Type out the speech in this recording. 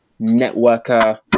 networker